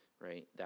right